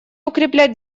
укреплять